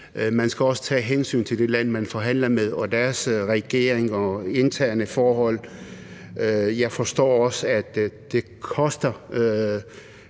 man også skal tage hensyn til det land, man forhandler med, og til deres regering og interne forhold. Jeg forstår også, at det koster,